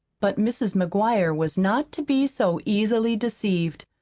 but mrs. mcguire was not to be so easily deceived.